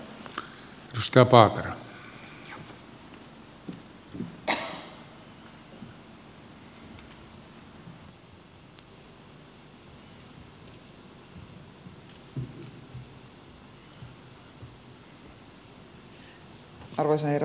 arvoisa herra puhemies